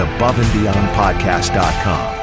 AboveAndBeyondPodcast.com